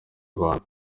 rwanda